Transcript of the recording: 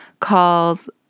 Calls